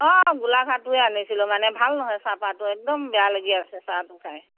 অঁ গোলাঘাটটোৱে আনিছিলোঁ মানে ভাল নহয় চাহপাহটো একদম বেয়া লাগি আছে চাহটো খাই